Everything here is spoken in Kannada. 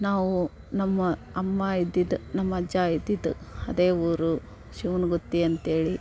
ನಾವು ನಮ್ಮ ಅಮ್ಮ ಇದ್ದಿದ್ದು ನಮ್ಮ ಅಜ್ಜ ಇದ್ದಿದ್ದು ಅದೇ ಊರು ಶಿವನಗುತ್ತಿ ಅಂತ್ಹೇಳಿ